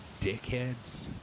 dickheads